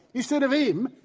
instead of him,